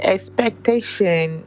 Expectation